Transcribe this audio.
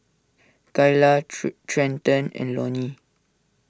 Kayla Trenten and Loni